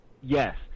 Yes